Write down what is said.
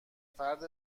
فرد